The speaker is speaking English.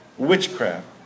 Witchcraft